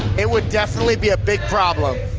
it would definitely be a big problem.